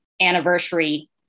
anniversary